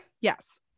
Yes